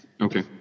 Okay